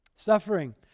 Suffering